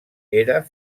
era